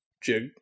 jig